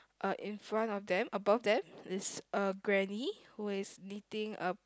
uh in front of them above them is a granny who is knitting a